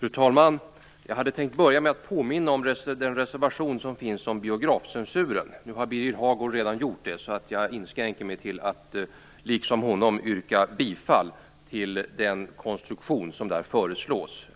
Fru talman! Jag hade tänkt börja med att påminna om den reservation som finns om biografcensuren. Nu har Birger Hagård redan gjort det, så jag inskränker mig till att liksom han yrka bifall till den konstruktion som där föreslås,